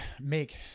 make